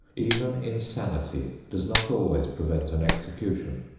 even insanity does not always prevent an execution.